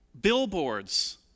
billboards